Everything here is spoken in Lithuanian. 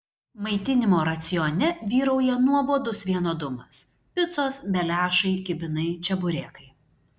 maitinimo racione vyrauja nuobodus vienodumas picos beliašai kibinai čeburekai